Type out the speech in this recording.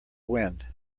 wind